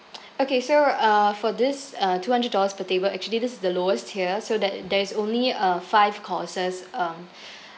okay so uh for this uh two hundred dollars per table actually this is the lowest here so that there is only uh five courses um